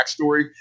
backstory